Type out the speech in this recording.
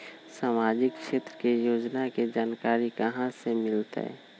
सामाजिक क्षेत्र के योजना के जानकारी कहाँ से मिलतै?